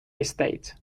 estate